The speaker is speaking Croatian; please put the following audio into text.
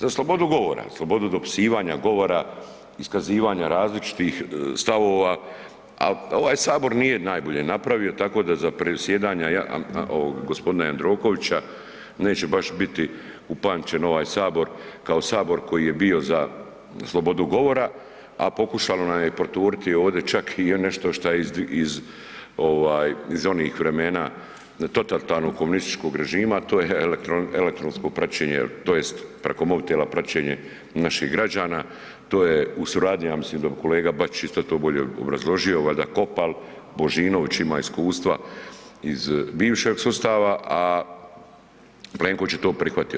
Za slobodu govora, slobodu dopisivanja, govora, iskazivanja različitih stavova, a ovaj Sabor nije najbolje napravio tako da za predsjedanja ovog g. Jandrokovića neće baš biti upamćen ovaj Sabor kao Sabor koji je bio za slobodu govora, a pokušalo nam je proturiti ovdje čak i nešto što je iz onih vremena totalitarnog komunističkog režima, to je elektronsko praćenje, tj. preko mobitela praćenje naših građana, to je u suradnji ja mislim da kolega Bačić isto to bolje obrazložio, valjda Kopal, Božinović ima iskustva iz bivšeg sustava, a Plenković je to prihvatio.